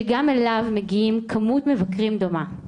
שגם אליו מגיעים כמות מבקרים דומה.